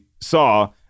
Saw